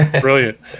Brilliant